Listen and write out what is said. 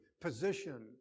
position